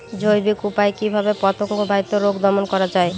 জৈবিক উপায়ে কিভাবে পতঙ্গ বাহিত রোগ দমন করা যায়?